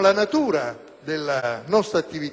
la natura della nostra attività di parlamentari,